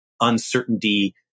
uncertainty